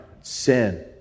sin